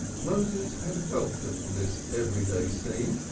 moses had welcomed this every-day scene,